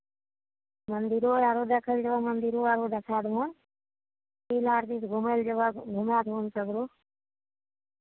मन्दिरो आरो देखय लेल जयबह मन्दिरो आरो देखा देबनि फील्ड आर घुमय लेल जयबै घुमाए देबनि सगरो